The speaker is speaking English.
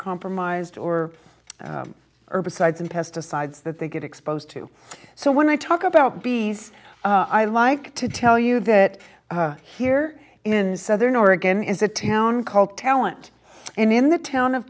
compromised or herbicides and pesticides that they get exposed to so when i talk about bees i like to tell you that here in southern oregon is a town called talent in the town of